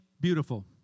beautiful